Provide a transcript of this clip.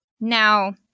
Now